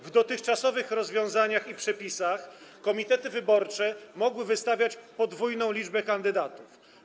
W dotychczasowych rozwiązaniach i przepisach komitety wyborcze mogły wystawiać podwójną liczbę kandydatów.